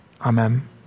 Amen